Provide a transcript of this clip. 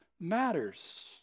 matters